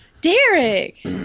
Derek